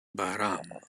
bahram